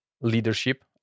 leadership